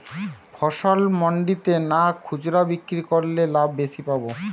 ফসল মন্ডিতে না খুচরা বিক্রি করলে লাভ বেশি পাব?